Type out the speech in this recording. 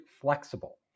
flexible